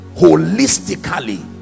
holistically